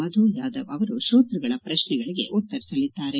ಮಧು ಯಾದವ್ ಅವರು ಶೋತ್ಯಗಳ ಪ್ರಶ್ನೆಗಳಿಗೆ ಉತ್ತರಿಸಲಿದ್ದಾರೆ